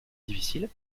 difficile